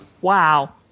wow